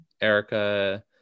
Erica